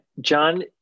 John